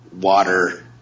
water